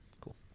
cool